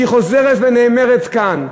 שהיא חוזרת ונאמרת כאן,